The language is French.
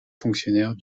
fonctionnaire